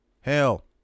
Hell